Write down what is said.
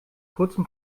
kurzen